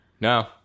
No